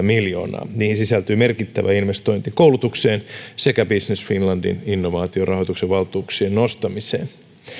miljoonaa niihin sisältyy merkittävä investointi koulutukseen sekä business finlandin innovaatiorahoituksen valtuuksien nostamiseen